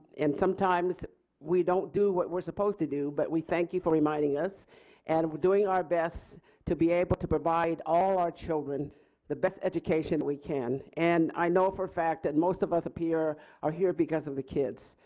and sometimes we don't do what were supposed to do, but we thank you for reminding us and we're doing our best to be able to provide all our children the best education we can. and i know for a fact that and most of us up here are here because of the kids.